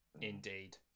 indeed